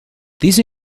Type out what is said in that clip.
these